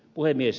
puhemies